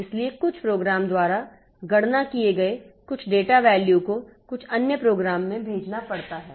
इसलिए कुछ प्रोग्राम द्वारा गणना किए गए कुछ डेटा वैल्यू को कुछ अन्य प्रोग्राम में भेजना पड़ता है